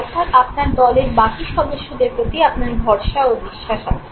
অর্থাৎ আপনার দলের বাকি সদস্যদের প্রতি আপনার ভরসা ও বিশ্বাস আছে